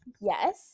Yes